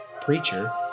preacher